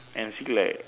and see like